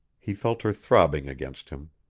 he felt her throbbing against him.